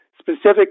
Specifically